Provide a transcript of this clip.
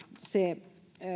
se